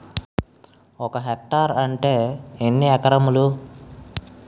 ఒక హెక్టార్ అంటే ఎన్ని ఏకరములు?